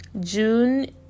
June